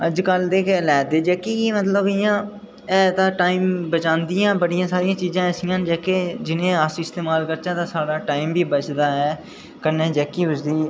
अजकल दे गै ले दे जेह्की इं'या ऐ ते टाईम बचांदियां बड़ियां सारियां चीज़ां ऐसियां न जेह्के अस इस्तेमाल करचै ते साढ़ा टाईम बी बचदा ऐ कन्नै जेह्की उसदी